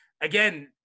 again